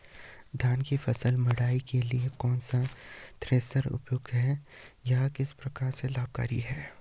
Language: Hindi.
धान की फसल मड़ाई के लिए कौन सा थ्रेशर उपयुक्त है यह किस प्रकार से लाभकारी है?